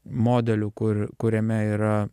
modeliu kur kuriame yra